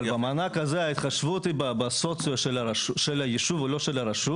אבל במענק הזה ההתחשבות היא בסוציו של הישוב ולא של הרשות